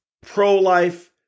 pro-life